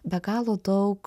be galo daug